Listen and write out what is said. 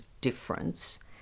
difference